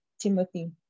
Timothy